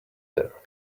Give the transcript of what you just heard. there